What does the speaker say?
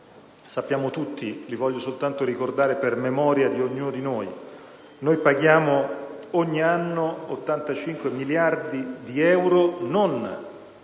sappiamo tutti, ma lo voglio soltanto ricordare per memoria di ognuno di noi: noi paghiamo ogni anno 85 miliardi di euro non di